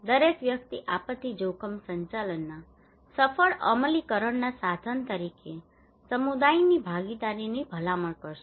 દરેક વ્યક્તિ આપત્તિ જોખમ સંચાલનના સફળ અમલીકરણના સાધન તરીકે સમુદાયની ભાગીદારીની ભલામણ કરશે